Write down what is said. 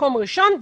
מקום ראשון,